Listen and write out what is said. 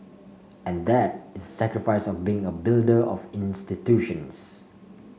and that is the sacrifice of being a builder of institutions